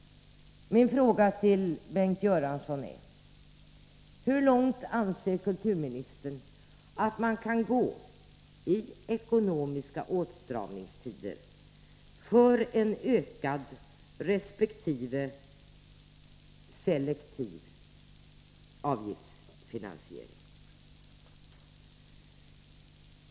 Min fråga till Bengt Göransson är: Hur långt anser kulturministern att man kan gå i ekonomiska åtstramningstider när det gäller en ökad resp. selektiv avgiftsfinansering?